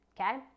Okay